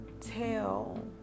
tell